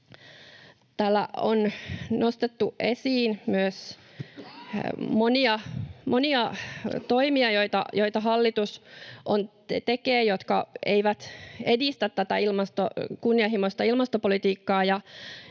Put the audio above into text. Täällä on nostettu esiin myös monia toimia, joita hallitus tekee ja jotka eivät edistä tätä kunnianhimoista ilmastopolitiikkaa,